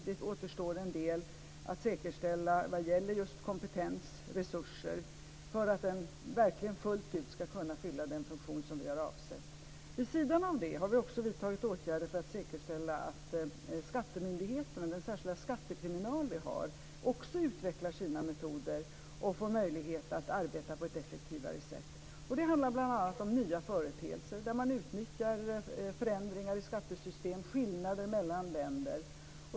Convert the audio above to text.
Det återstår en del att säkerställa vad gäller just kompetens och resurser för att den verkligen fullt ut ska kunna fylla den funktion som vi har avsett. Vid sidan av det har vi också vidtagit åtgärder för att säkerställa att skattemyndigheten och den särskilda skattekriminal som vi har också utvecklar sina metoder och får möjlighet att arbeta på ett effektivare sätt. Det handlar bl.a. om nya företeelser där man utnyttjar förändringar i skattesystem och skillnader mellan länder.